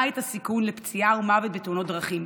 את הסיכון לפציעה ומוות בתאונות דרכים.